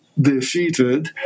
defeated